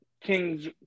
kings